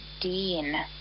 Dean